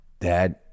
Dad